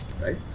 right